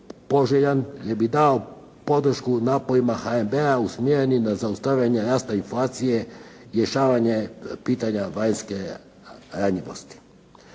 poželjan … podršku naporima HNB-a usmjerenih na zaustavljanja rasta inflacije, rješavanje pitanja vanjske ranjivosti.